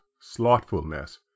slothfulness